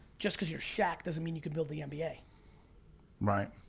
just cause you're shaq doesn't mean you can build the nba. right.